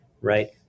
right